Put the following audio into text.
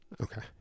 Okay